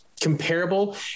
Comparable